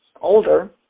older